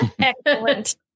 Excellent